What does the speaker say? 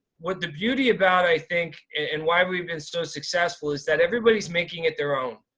what the beauty about i think, and why we've been so successful is that everybody's making it their own.